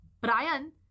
Brian